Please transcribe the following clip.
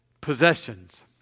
possessions